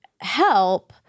help